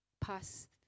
past